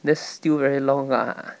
that's still very long lah